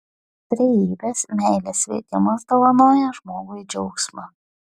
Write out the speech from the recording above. trejybės meilės veikimas dovanoja žmogui džiaugsmą